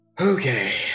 Okay